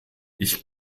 ich